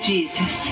Jesus